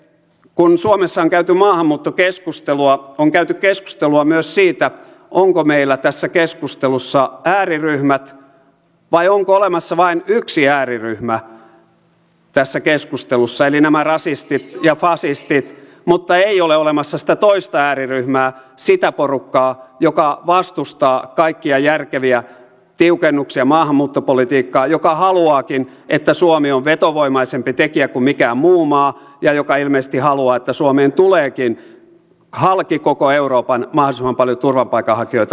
kun suomessa on käyty maahanmuuttokeskustelua on käyty keskustelua myös siitä onko meillä tässä keskustelussa ääriryhmät vai onko olemassa vain yksi ääriryhmä tässä keskustelussa eli rasistit ja fasistit mutta ei ole olemassa sitä ääriryhmää sitä porukkaa joka vastustaa kaikkia järkeviä tiukennuksia maahanmuuttopolitiikkaan joka haluaakin että suomi on vetovoimaisempi tekijä kuin mikään muu maa ja joka ilmeisesti haluaa että suomeen tuleekin halki koko euroopan mahdollisimman paljon turvapaikanhakijoita nimenomaan suomeen